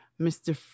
Mr